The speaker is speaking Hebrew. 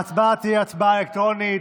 ההצבעה תהיה הצבעה אלקטרונית.